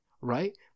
right